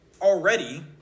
already